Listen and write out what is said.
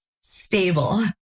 stable